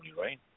right